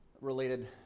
related